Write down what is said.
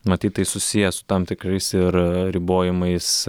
matyt tai susiję su tam tikrais ir ribojimais